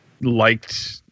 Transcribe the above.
liked